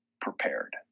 prepared